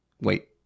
Wait